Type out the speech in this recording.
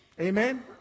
Amen